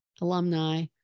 alumni